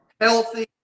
Healthy